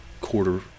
quarter